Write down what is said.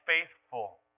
Faithful